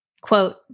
Quote